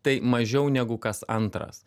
tai mažiau negu kas antras